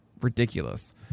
ridiculous